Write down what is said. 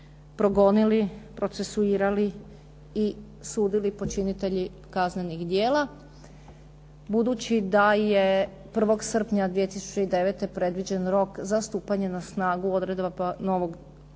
progonili, procesuirali i sudili počinitelji kaznenih djela, budući da je 1. srpnja 2009. predviđen rok za stupanje na snagu odredaba novog